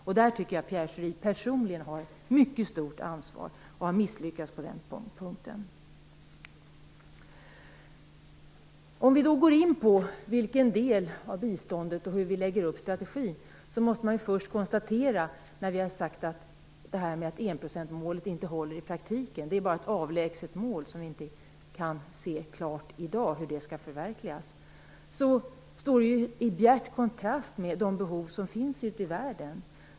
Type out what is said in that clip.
Jag tycker att Pierre Schori personligen har ett mycket stort ansvar och att han har misslyckats på den punkten. Jag kan därmed gå in på vilken del av biståndet det är fråga om och hur vi lägger upp strategin. När vi har sagt att enprocentsmålet inte håller i praktiken utan bara är ett avlägset mål, som vi i dag inte kan se klart hur det skall förverkligas, kan jag konstatera att det står i bjärt kontrast mot de behov som finns ute i världen.